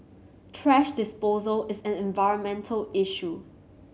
thrash disposal is an environmental issue